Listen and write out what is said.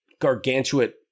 gargantuan